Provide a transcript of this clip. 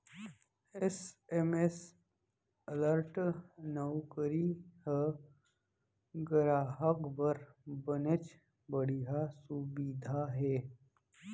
SMS alert नउकरी ह गराहक बर बनेच बड़िहा सुबिधा हे